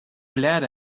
glad